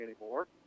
anymore